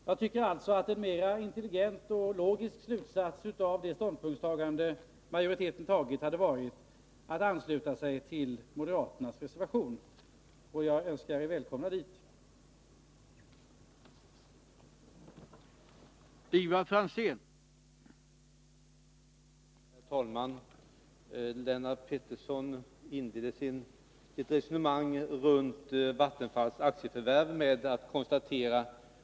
Jag tycker alltså att en mera intelligent och logisk slutsats av majoritetens ståndpunkt hade varit att ni anslutit er till moderaternas reservation. Jag önskar er välkomna till den ståndpunkten.